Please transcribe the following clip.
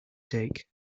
take